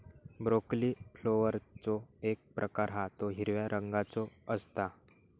broccoli फ्लॉवरचो एक प्रकार हा तो हिरव्या रंगाचो असता